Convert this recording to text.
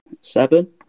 Seven